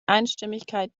einstimmigkeit